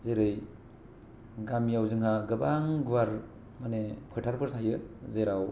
जेरै गामियाव जोंहा गोबां गुवार माने फोथारफोर थायो जेराव